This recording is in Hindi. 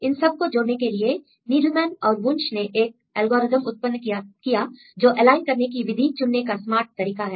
इन सब को जोड़ने के लिए नीडलमैन और वुंश ने एक एल्गोरिदम उत्पन्न किया जो एलाइन करने की विधि चुनने का स्मार्ट तरीका है